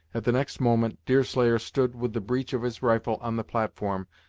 at the next moment, deerslayer stood with the breech of his rifle on the platform,